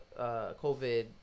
COVID